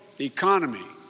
the economy,